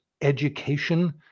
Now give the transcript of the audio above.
education